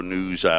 News